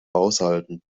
aushalten